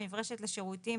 מברשת לשירותים,